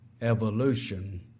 evolution